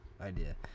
Idea